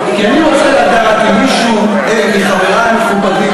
כי אני רוצה לדעת אם מישהו מחברי המכובדים